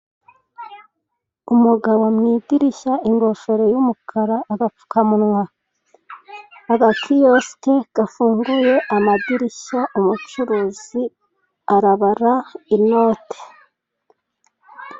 Umugabo mw'idirishya, ingofero y'umukara, agapfukamunwa, agakiyosike gafunguye amadirishya umucuruzi arabara inote.